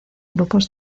grupos